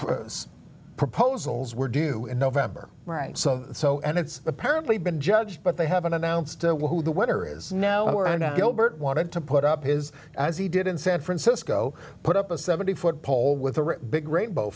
the proposals were due in november right so so and it's apparently been judged but they haven't announced who the winner is now i know gilbert wanted to put up his as he did in san francisco put up a seventy foot pole with a big rainbow